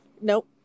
nope